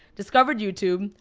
discovered youtube,